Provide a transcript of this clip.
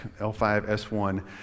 L5-S1